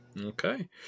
Okay